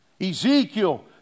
Ezekiel